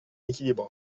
équilibre